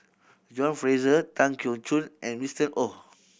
John Fraser Tan Keong Choon and Winston Oh